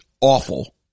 awful